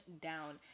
down